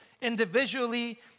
individually